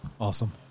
Awesome